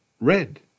red